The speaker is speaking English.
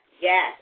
Yes